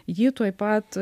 jį tuoj pat